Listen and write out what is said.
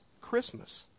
Christmas